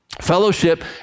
Fellowship